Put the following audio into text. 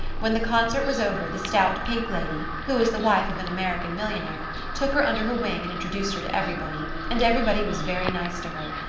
when the concert was over, the stout, pink lady who was the wife of an american millionaire took her under her wing, and introduced her to everybody and everybody was very nice to her.